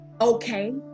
okay